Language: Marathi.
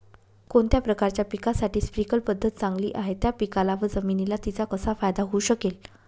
कोणत्या प्रकारच्या पिकासाठी स्प्रिंकल पद्धत चांगली आहे? त्या पिकाला व जमिनीला तिचा कसा फायदा होऊ शकेल?